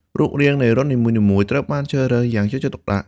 រូបរាងនៃរន្ធនីមួយៗត្រូវបានជ្រើសរើសយ៉ាងយកចិត្តទុកដាក់។